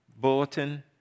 bulletin